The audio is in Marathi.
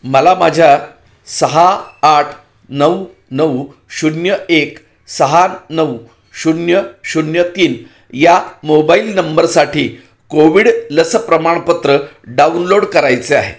मला माझ्या सहा आठ नऊ नऊ शून्य एक सहा नऊ शून्य शून्य तीन या मोबाईल नंबरसाठी कोविड लस प्रमाणपत्र डाउनलोड करायचे आहे